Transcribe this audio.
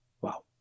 Wow